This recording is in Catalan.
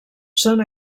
són